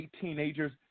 teenagers